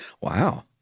Wow